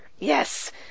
Yes